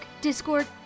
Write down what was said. discord